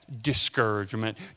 discouragement